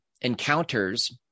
encounters